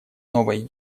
новой